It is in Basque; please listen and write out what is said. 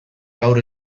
gaur